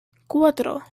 cuatro